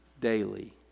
Daily